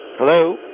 Hello